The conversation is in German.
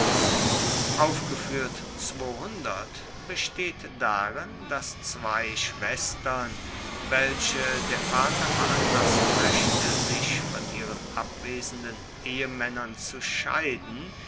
besteht darin dass zwei schwestern welche der vater veranlassen moechte sich von ihren abwesenden ehemaennern zu scheiden